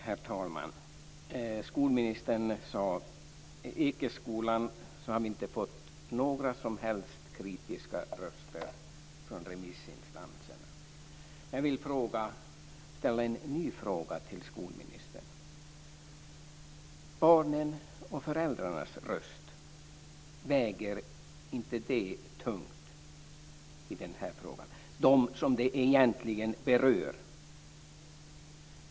Herr talman! Skolministern sade att om Ekeskolan har vi inte fått några som helst kritiska röster från remissinstanserna. Men jag vill ställa en ny fråga till skolministern: Barnens och föräldrarnas röst, väger inte de tungt i den här frågan, de som det egentligen berör?